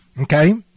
Okay